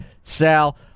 Sal